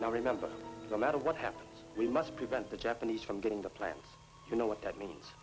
now remember no matter what have we must prevent the japanese from getting the plant you know what that means